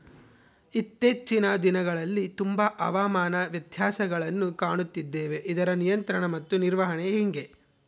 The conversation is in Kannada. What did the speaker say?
ಇತ್ತೇಚಿನ ದಿನಗಳಲ್ಲಿ ತುಂಬಾ ಹವಾಮಾನ ವ್ಯತ್ಯಾಸಗಳನ್ನು ಕಾಣುತ್ತಿದ್ದೇವೆ ಇದರ ನಿಯಂತ್ರಣ ಮತ್ತು ನಿರ್ವಹಣೆ ಹೆಂಗೆ?